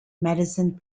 medicine